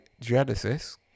Genesis